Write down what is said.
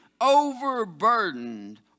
overburdened